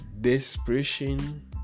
desperation